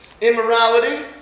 Immorality